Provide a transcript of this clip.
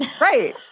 Right